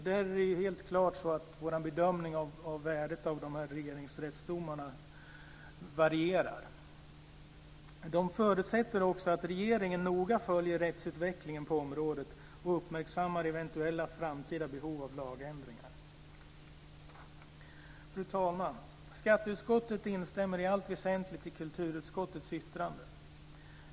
Där är det helt klart så att våra bedömningar av värdet av Regeringsrättsdomarna varierar. Kulturutskottet förutsätter också att regeringen noga följer rättsutvecklingen på området och uppmärksammar eventuella framtida behov av lagändringar. Fru talman! Skatteutskottet instämmer i allt väsentligt i kulturutskottets yttrande.